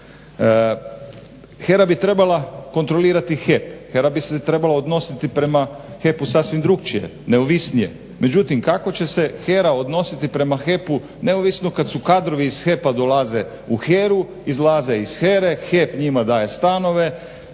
HERA bi trebala kontrolirati Hep-, bi se trebala odnositi prema HEP-u sasvim drukčije, neovisnije. Međutim kako će se HERA odnositi prema HEP-u neovisno kad su kadrovi iz HEP-a dolaze u HERA-u, izlaze iz HERA-e, HEP njima daje stanove.